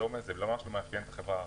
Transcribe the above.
זה לא משהו שמאפיין רק את החברה הערבית.